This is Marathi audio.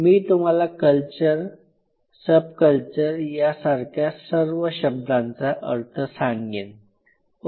मी तुम्हाला कल्चर सब कल्चर यासारख्या सर्व शब्दांचा अर्थ सांगेन